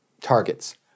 targets